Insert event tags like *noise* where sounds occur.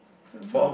*laughs*